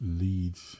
leads